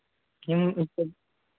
क्यों मतलब